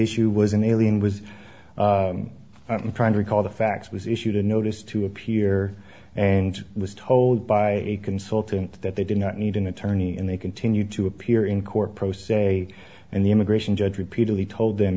issue was an alien was trying to recall the facts was issued a notice to appear and was told by a consultant that they did not need an attorney and they continued to appear in court process a and the immigration judge repeatedly told them